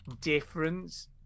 difference